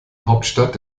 hauptstadt